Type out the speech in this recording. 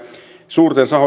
suurten